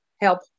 help